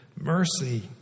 mercy